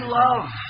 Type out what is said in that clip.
love